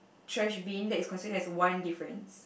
trash bin that is considered as one difference